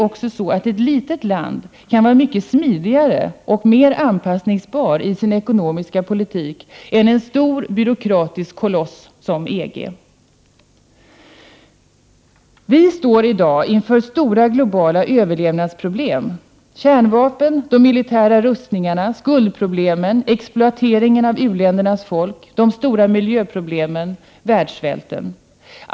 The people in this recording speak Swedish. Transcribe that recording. Ett litet land kan ju vara mycket smidigare och mer anpassningsbart i sin ekonomiska politik än en stor byråkratisk koloss som EG. Vi står i dag inför stora globala överlevnadsproblem, såsom kärnvapnen, de militära rustningarna, skuldproblemen, exploateringen av u-ländernas folk, de stora miljöproblemen och världssvälten.